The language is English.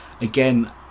again